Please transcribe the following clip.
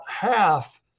half